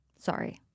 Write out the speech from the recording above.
Sorry